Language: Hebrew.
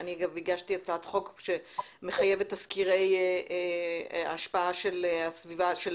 אני הגשתי הצעת חוק שמחייבת תסקירי השפעה של הסביבה על